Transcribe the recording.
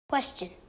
Question